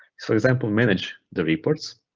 for example, manage the reports.